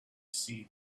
see